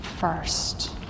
First